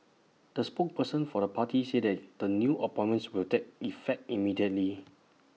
the spokesperson for the party said that the new appointments will take effect immediately